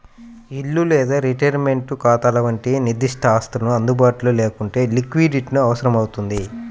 ఇల్లు లేదా రిటైర్మెంట్ ఖాతాల వంటి నిర్దిష్ట ఆస్తులు అందుబాటులో లేకుంటే లిక్విడిటీ అవసరమవుతుంది